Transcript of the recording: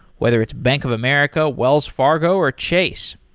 whether it's bank of america, wells fargo or chase.